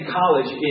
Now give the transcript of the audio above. college